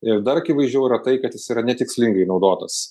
ir dar akivaizdžiau yra tai kad jis yra netikslingai naudotas